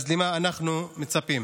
למה אנחנו מצפים?